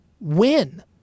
win